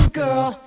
girl